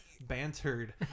bantered